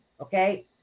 okay